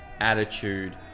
attitude